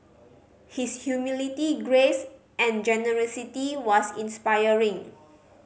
his humility grace and generosity was inspiring